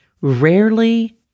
rarely